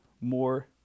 more